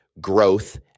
growth